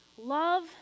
Love